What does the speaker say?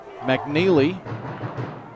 McNeely